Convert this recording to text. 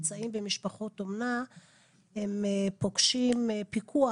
נמצאים במשפחות אומנה הם פוגשים פיקוח,